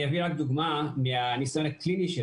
אני אביא רק דוגמה מהניסיון הקליני שלי.